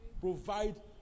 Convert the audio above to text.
Provide